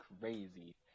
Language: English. crazy